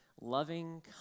loving